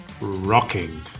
rocking